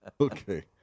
Okay